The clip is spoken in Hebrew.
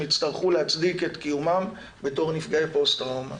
יצטרכו להצדיק את קיומם בתור נפגעי פוסט טראומה.